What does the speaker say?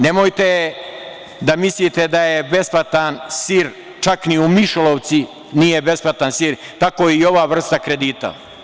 Nemojte da mislite da je besplatan sir, čak i u mišolovci nije besplatan sir, tako i ova vrsta kredita.